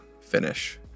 finish